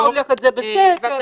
אתה הולך לזה בסתר,